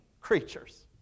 creatures